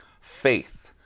Faith